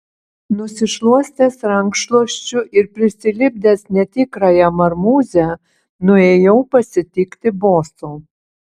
nusišluostęs rankšluosčiu ir prisilipdęs netikrąją marmūzę nuėjau pasitikti boso